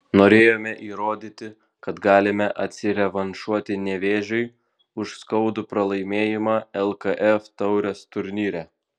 norėjome įrodyti kad galime atsirevanšuoti nevėžiui už skaudų pralaimėjimą lkf taurės turnyre